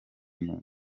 muntu